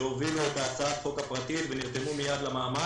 שהובילו את הצעת החוק הפרטית ונרתמו מייד למאמץ.